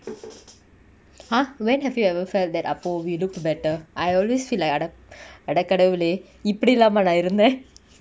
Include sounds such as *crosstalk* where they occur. !huh! when have you ever felt அப்போ:appo we looked better I always feel like adap~ *breath* அட கடவுளே இப்டிலாமா நா இருந்த:ada kadavule ipdilamaa na iruntha